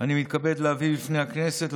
אני מתכבד להביא בפני הכנסת,